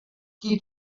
qui